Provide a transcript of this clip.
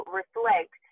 reflect